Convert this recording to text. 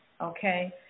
Okay